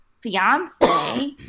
fiance